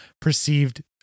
perceived